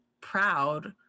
proud